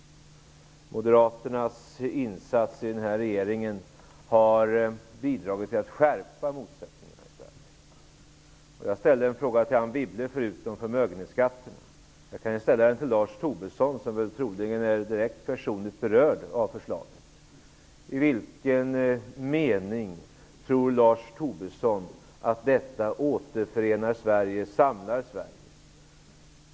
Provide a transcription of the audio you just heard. Moderaternas insatser i den här regeringen har bidragit till att skärpa motsättningarna i Sverige. Jag ställde en fråga till Anne Wibble förut om förmögenhetsskatterna. Jag kan ju ställa den till Lars Tobisson som väl troligen är direkt personligt berörd av förslaget. I vilken mening tror Lars Tobisson att detta återförenar och samlar Sverige?